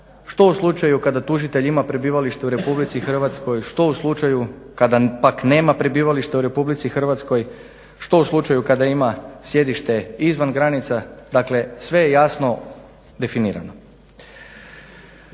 Što u slučaju kada tužitelj ima prebivalište u Republici Hrvatskoj, što u slučaju kada pak nema prebivalište u Republici Hrvatskoj, što u slučaju kada ima sjedište izvan granica. Dakle, sve je jasno definirano.